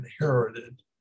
inherited